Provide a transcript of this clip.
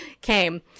came